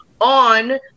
on